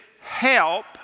Help